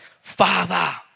Father